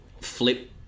flip